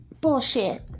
Bullshit